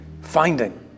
finding